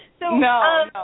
No